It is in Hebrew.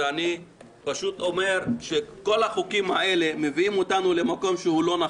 ואני פשוט אומר שכל החוקים האלה מביאים אותנו למקום שהוא לא נכון.